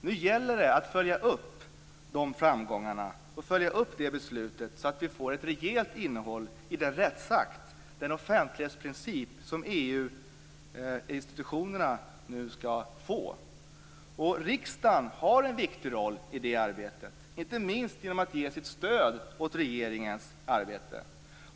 Nu gäller det att följa upp de framgångarna, att följa upp det beslutet, så att vi får ett rejält innehåll i den rättsakt, den offentlighetsprincip, som EU-institutionerna nu skall få. Riksdagen har en viktig roll i det arbetet, inte minst genom att ge sitt stöd åt regeringens arbete.